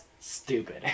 stupid